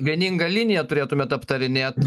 vieninga linija turėtumėt aptarinėt